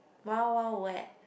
Wild-Wild-Wet